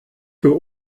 für